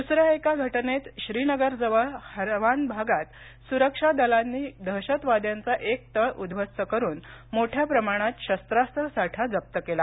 दुसऱ्या एका घटनेत श्रीनगरच्या जवळ हरवान भागात सुरक्षा दलांनी दहशतवाद्यांचा एक तळ उध्वस्त करून मोठ्या प्रमाणात शस्त्रास्त्र साठा हस्तगत केला